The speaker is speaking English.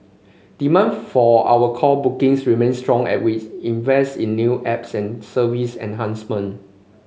demand for our call bookings remains strong as we invest in new apps and service enhancement